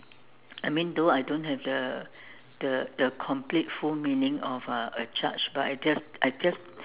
I mean though I don't have the the the complete full meaning of a a judge but I just I just